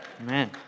Amen